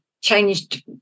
changed